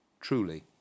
truly